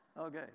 Okay